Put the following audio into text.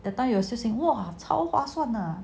that time you assessing wocao 划算呢